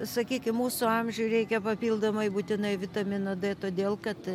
sakykim mūsų amžiui reikia papildomai būtinai vitamino d todėl kad